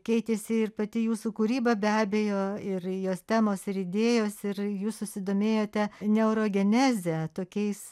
keitėsi ir pati jūsų kūryba be abejo ir jos temos ir idėjos ir jūs susidomėjote neurogeneze tokiais